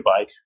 bike